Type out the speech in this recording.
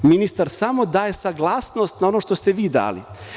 Ministar samo daje saglasnost na ono što ste vi dali.